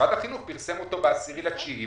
משרד החינוך פרסם אותו ב-10 בספטמבר.